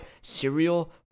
cereal